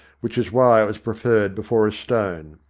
which was why it was preferred before a stone.